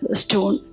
stone